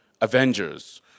Avengers